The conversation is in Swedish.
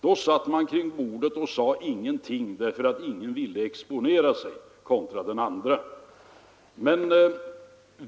Då satt man kring bordet och sade ingenting, därför att ingen vill exponera sig inför den andre.